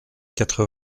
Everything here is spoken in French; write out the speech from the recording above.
quatre